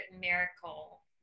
miracle